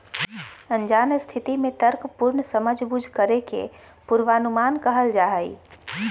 अनजान स्थिति में तर्कपूर्ण समझबूझ करे के पूर्वानुमान कहल जा हइ